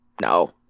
no